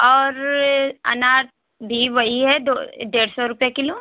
और अनार भी वही है दो डेढ़ सौ रुपये किलो